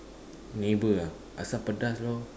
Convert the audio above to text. neighbour ah asam pedas lor